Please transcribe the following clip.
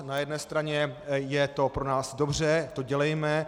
Na jedné straně je to pro nás dobře, to dělejme.